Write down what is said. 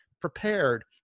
prepared